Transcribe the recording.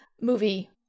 movie